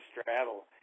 straddle